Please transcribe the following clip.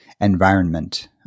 environment